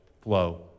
flow